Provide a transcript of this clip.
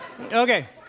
Okay